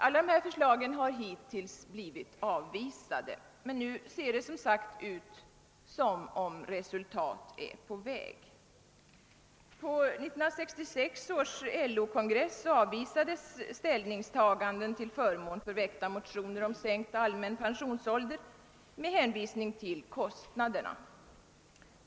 Alia dessa förslag har hittills blivit avvisade, men nu ser det ut som om resultat är på väg. På 1966 års LO kongress avvisades ställningtagande till förmån för väckta motioner om sänkt allmän pensionsålder med hänvisning till kostnaderna.